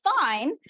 fine